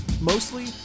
mostly